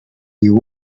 you